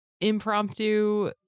impromptu